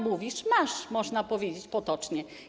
Mówisz, masz, można powiedzieć potocznie.